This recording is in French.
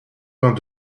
vingt